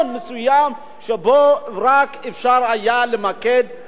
שבו אפשר יהיה למקד רק באמת במי שצריך.